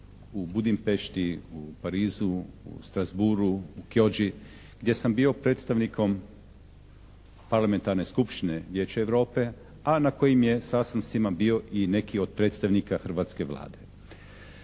u Budimpešti, u Parizu, u Strasbourgu, u Kjodži gdje sam bio predstavnikom parlamentarne skupštine Vijeća Europe, a na kojim je sastancima bio i neki od predstavnika hrvatske Vlade.